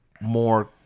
more